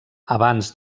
abans